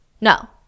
No